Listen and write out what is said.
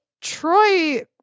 Troy